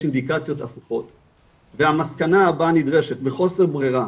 אינדיקציות הפוכות והמסקנה בה נדרשת בחוסר ברירה,